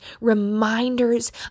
reminders